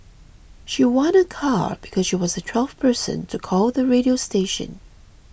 she won a car because she was the twelfth person to call the radio station